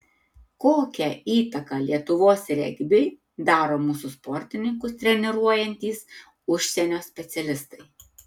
kokią įtaką lietuvos regbiui daro mūsų sportininkus treniruojantys užsienio specialistai